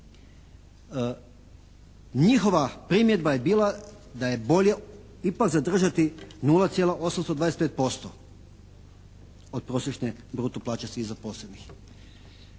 Njihova primjedba je bila da je bolje ipak zadržati 0,825% od prosječne bruto plaće svih zaposlenih